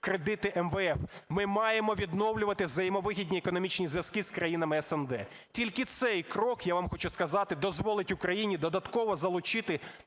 кредити МВФ. Ми маємо відновлювати взаємовигідні економічні зв'язки з країнами СНД. Тільки цей крок, я вам хочу сказати, дозволить Україні додатково залучити